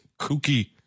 kooky